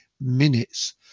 minutes